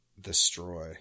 destroy